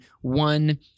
one